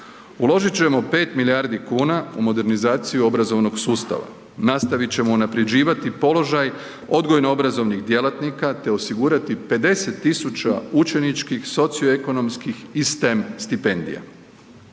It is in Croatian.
Uložit ćemo 5 milijardi kuna u modernizaciju obrazovnog sustava, nastavit ćemo unaprjeđivati položaj odgojno obrazovnih djelatnika te osigurati 50.000 učeničkih socioekonomskih i STEM stipendija.